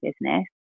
business